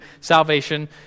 salvation